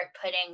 putting